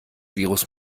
virus